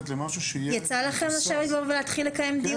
יצא לכם לשבת ולהתחיל לקיים דיון?